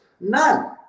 None